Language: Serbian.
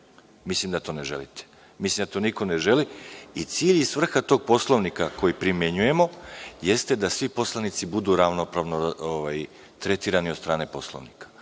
Mislim da to ne želite, mislim da to niko ne želi. Cilj i svrha tog Poslovnika koji primenjujemo jeste da svi poslanici budu ravnopravno tretirani od strane Poslovnika. Ako